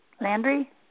Landry